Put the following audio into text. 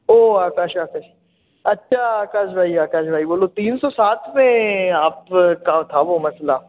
ओह आकाश आकाश अच्छा आकाश भाई आकाश भाई बोलो तीन सौ सात में आप का था वह मसला